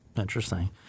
Interesting